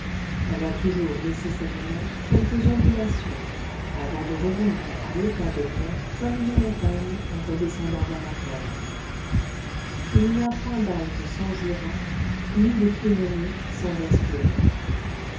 elle a toujours nécessairement quelques ondulations avant de revenir à l'état de paix comme une montagne en redescendant vers la plaine il n'y a point d'alpes sans jura ni de pyrénées sans asturies